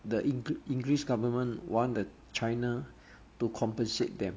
the english government want the china to compensate them